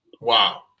wow